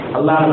Allah